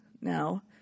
now